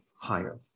higher